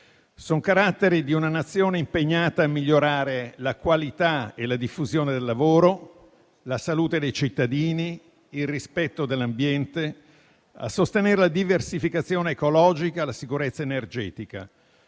dei caratteri di una Nazione impegnata a migliorare la qualità e la diffusione del lavoro, la salute dei cittadini, il rispetto dell'ambiente, e a sostenere la diversificazione ecologica e la sicurezza energetica,